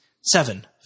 Seven